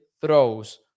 throws